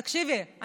תקשיבי,